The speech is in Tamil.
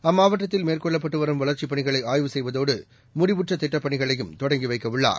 அம்மாவட்டத்தில் மேற்கொள்ளப்பட்டு வரும் வளர்ச்சிப் பணிகளை ஆய்வு செய்வதோடு முடிவுற்ற திட்டப்பணிகளை தொடங்கி வைக்கவுள்ளார்